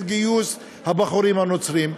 של גיוס הבחורים הנוצרים.